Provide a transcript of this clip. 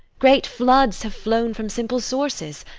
great floods have flown from simple sources,